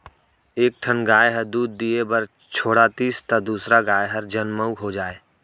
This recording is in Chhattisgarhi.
एक ठन गाय ह दूद दिये बर छोड़ातिस त दूसर गाय हर जनमउ हो जाए